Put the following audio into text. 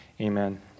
Amen